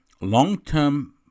long-term